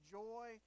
joy